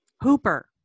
Hooper